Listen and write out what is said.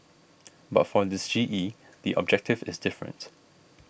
but for this G E the objective is different